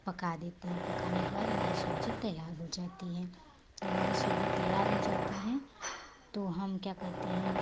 पका देते हैं पकाने के बाद हमरी सब्जी तैयार हो जाती है जब हमारी सब्जी तैयार हो जाती हैं तो हम क्या कहते हैं